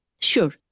Sure